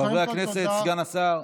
חברי הכנסת, סגן השר.